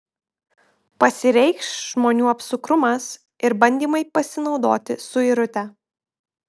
pasireikš žmonių apsukrumas ir bandymai pasinaudoti suirute